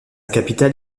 capitale